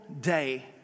day